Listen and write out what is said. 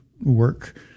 work